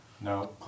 No